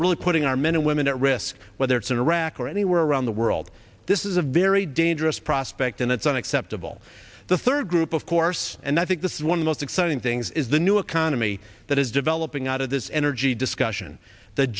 really putting our men and women at risk whether it's in iraq or anywhere around the world this is a very dangerous prospect and it's unacceptable the third group of course and i think this is one of most exciting things is the new economy that is developing out of this energy discussion th